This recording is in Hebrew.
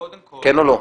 קודם כל --- כן או לא?